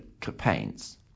campaigns